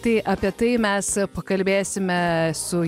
tai apie tai mes pakalbėsime su